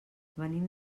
venim